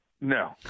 No